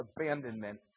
abandonment